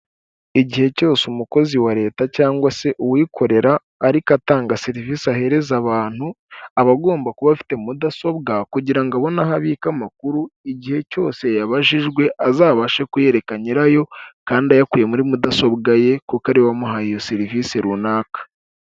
Igihe cyose umukozi wa leta cyangwa se uwikorera ariko atanga serivisi ahereza abantu, aba agomba kuba afite mudasobwa kugira ngo abone aho abika amakuru, igihe cyose yabajijwe azabashe kuyereka nyirayo kandi ayakuye muri mudasobwa ye, kuko ariwe wamuhaye iyo serivisi runaka.